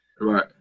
Right